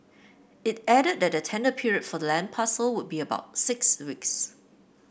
it added that the tender period for the land parcel would be about six weeks